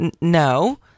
no